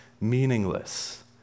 meaningless